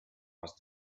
was